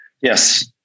Yes